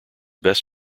best